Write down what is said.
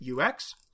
UX